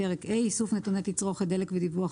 פרק ה': איסוף נתוני תצרוכת דלק ודיווח